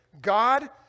God